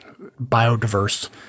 biodiverse